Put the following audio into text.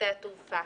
בשדה התעופה?